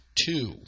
two